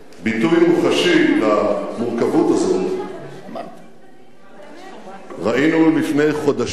ביטוי מוחשי למורכבות הזאת ראינו לפני חודשים,